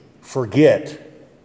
forget